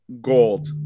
gold